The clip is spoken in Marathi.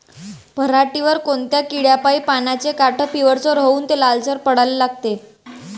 पऱ्हाटीवर कोनत्या किड्यापाई पानाचे काठं पिवळसर होऊन ते लालसर पडाले लागते?